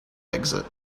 exit